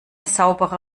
saubere